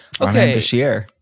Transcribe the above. Okay